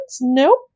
Nope